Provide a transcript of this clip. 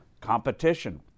competition